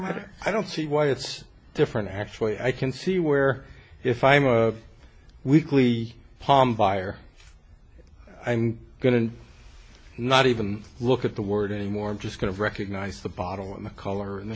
mother i don't see why it's different actually i can see where if i'm a weekly buyer i'm going to not even look at the word anymore i'm just going to recognize the bottle and the color in the